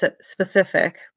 specific